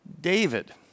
David